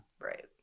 Right